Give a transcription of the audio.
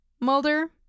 Mulder